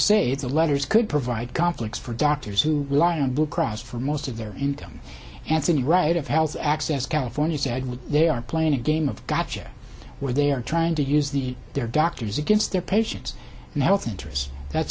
say the letters could provide conflicts for doctors who rely on blue cross for most of their income and seen right of house access california said look they are playing a game of gotcha where they are trying to use the their doctors against their patients and health interests that's